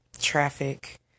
Traffic